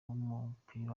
w’umupira